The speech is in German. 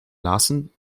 lassen